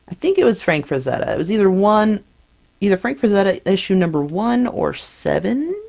think it was frank frazetta, it was either one either frank frazetta issue number one or seven.